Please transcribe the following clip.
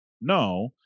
No